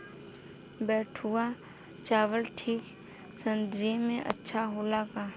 बैठुआ चावल ठंडी सह्याद्री में अच्छा होला का?